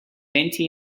anti